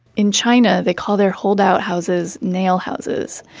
in china, they call their holdout houses nail houses.